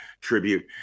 tribute